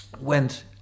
went